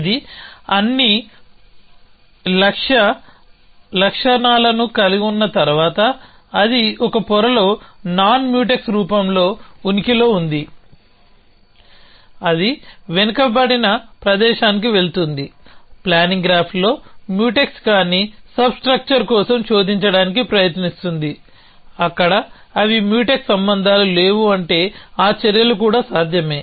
ఇది అన్ని లక్ష్య లక్షణాలను కనుగొన్న తర్వాత అది ఒక పొరలో నాన్ మ్యూటెక్స్ రూపంలో ఉనికిలో ఉంది అది వెనుకబడిన ప్రదేశానికి వెళుతుంది ప్లానింగ్ గ్రాఫ్లో మ్యూటెక్స్ కాని సబ్స్ట్రక్చర్ కోసం శోధించడానికి ప్రయత్నిస్తుంది అక్కడ అవి మ్యూటెక్స్ సంబంధాలు లేవు అంటే ఆ చర్యలు కూడా సాధ్యమే